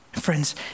Friends